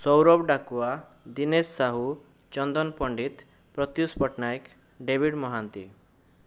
Saurabh Dakua Dinesh Sahu Chandan Pandit Pratyush Pattnaik David Mohanty